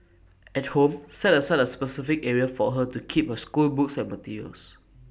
at home set aside A specific area for her to keep her schoolbooks and materials